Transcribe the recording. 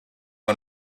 one